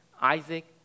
Isaac